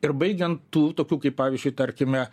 ir baigiant tų tokių kaip pavyzdžiui tarkime